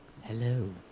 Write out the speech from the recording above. Hello